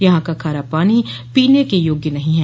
यहां का खारा पानी पीने के योग्य नहीं है